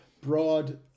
broad